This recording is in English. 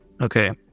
Okay